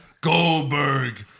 Goldberg